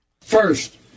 First